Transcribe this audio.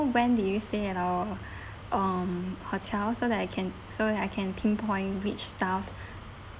when did you stay at our um hotel so that I can so that I can pinpoint which staff